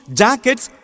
jackets